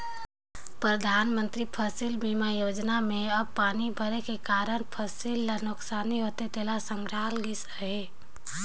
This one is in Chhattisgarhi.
परधानमंतरी फसिल बीमा योजना में अब पानी भरे कर कारन फसिल ल नोसकानी होथे तेला संघराल गइस अहे